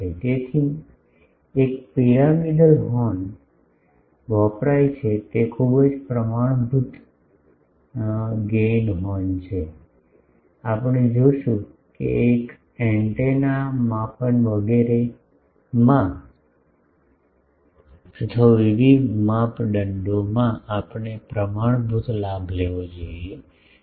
તેથી એક માટે પિરામિડલ હોર્ન વપરાય છે તે ખૂબ જ પ્રમાણભૂત ગેઇન હોર્ન છે આપણે જોશું કે એન્ટેના માપન વગેરેમાં અથવા વિવિધ માપદંડોમાં આપણે પ્રમાણભૂત લાભ જોઈએ છે